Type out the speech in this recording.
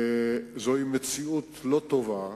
זוהי מציאות לא טובה.